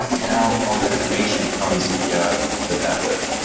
now, all that information comes via the tablet.